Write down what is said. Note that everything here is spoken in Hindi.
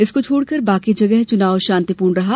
इसको छोड़कर बाकी जगह चुनाव शांतिपूर्ण रहा